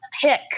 pick